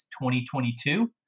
2022